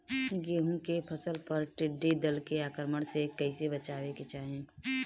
गेहुँ के फसल पर टिड्डी दल के आक्रमण से कईसे बचावे के चाही?